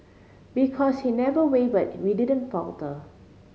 because he never waver we didn't falter